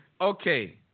Okay